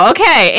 Okay